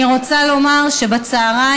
אני רוצה לומר שבצוהריים,